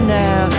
now